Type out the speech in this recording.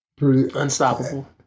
unstoppable